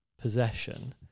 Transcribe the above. possession